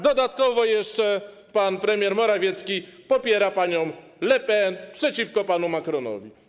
Dodatkowo jeszcze pan premier Morawiecki popiera panią Le Pen, przeciwko panu Macronowi.